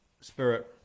spirit